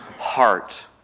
heart